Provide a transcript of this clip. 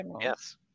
Yes